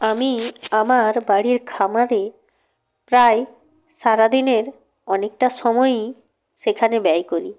আমি আমার বাড়ির খামারে প্রায় সারাদিনের অনেকটা সময়ই সেখানে ব্যয় করি